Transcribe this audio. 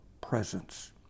presence